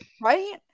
right